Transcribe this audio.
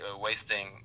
wasting